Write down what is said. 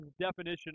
definition